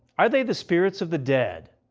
are they the spirits of the dead?